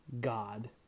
God